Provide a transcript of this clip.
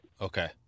Okay